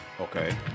Okay